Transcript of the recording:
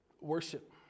worship